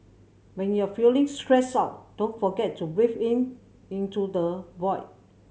when you are feeling stressed out don't forget to breathe in into the void